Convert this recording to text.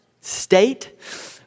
state